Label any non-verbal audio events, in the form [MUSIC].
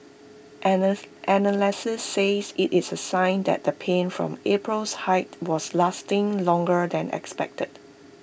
[UNINTELLIGIBLE] analysts says IT is A sign that the pain from April's hike was lasting longer than expected